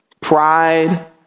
pride